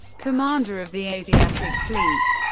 commander of the asiatic fleet.